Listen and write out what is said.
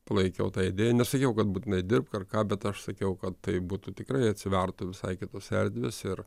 palaikiau tą idėją nesakiau kad būtinai dirbk ar ką bet aš sakiau kad taip būtų tikrai atsivertų visai kitos erdvės ir